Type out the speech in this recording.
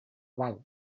val